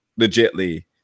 legitly